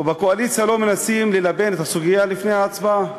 ובקואליציה לא מנסים ללבן את הסוגיה לפני ההצבעה.